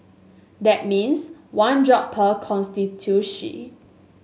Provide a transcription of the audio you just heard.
that means one job per constituency